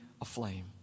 aflame